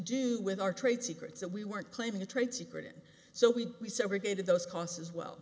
do with our trade secrets and we weren't claiming a trade secret so we we segregated those costs as